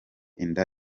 inda